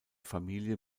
familie